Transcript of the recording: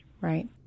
Right